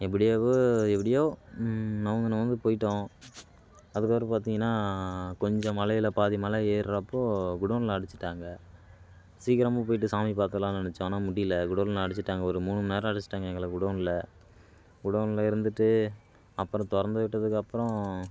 எப்படியவோ எப்படியோ நகந்து நகந்து போயிட்டோம் அதுக்கப்புறம் பார்த்தீங்கன்னா கொஞ்சம் மலையில் பாதி மலை ஏர்றப்போ குடோனில் அடச்சுட்டாங்க சீக்கிரமாக போயிட்டு சாமி பார்த்துரலான்னு நினச்சோம் ஆனால் முடியலை குடோனில் அடச்சுட்டாங்க ஒரு மூணு மணி நேரம் அடிச்சுட்டாங்க எங்களை குடோனில் குடோனில் இருந்துட்டு அப்புறம் திறந்து விட்டதுக்கப்புறம்